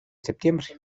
septiembre